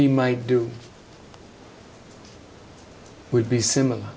he might do would be similar